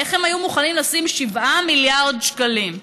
איך הם היו מוכנים לשים 7 מיליארד שקלים?